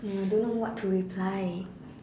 no I don't know what to reply